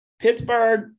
Pittsburgh